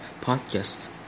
podcast